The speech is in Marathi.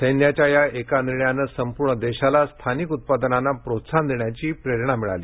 सैन्याघ्या या एका निर्णयाने संपूर्ण देशाला स्थानिक उत्पादनांना प्रोत्साहन देण्याची प्रेरणा मिळाली